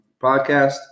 podcast